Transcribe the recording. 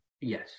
Yes